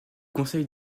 conseil